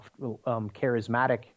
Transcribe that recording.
charismatic